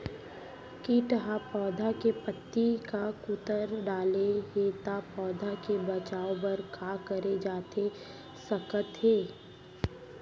किट ह पौधा के पत्ती का कुतर डाले हे ता पौधा के बचाओ बर का करे जाथे सकत हे?